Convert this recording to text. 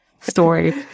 story